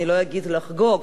אני לא אגיד לחגוג,